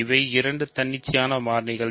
இவை இரண்டு தன்னிச்சையான மாறிகள்